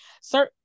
certain